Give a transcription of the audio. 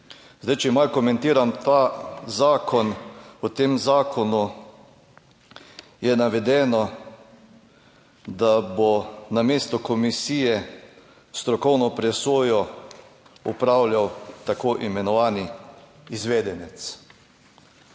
strani. Če malo komentiram ta zakon o tem zakonu je navedeno, da bo namesto komisije strokovno presojo opravljal tako imenovani izvedenec.